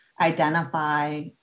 identify